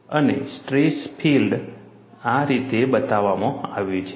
અને stress field આ રીતે બતાવવામાં આવ્યું છે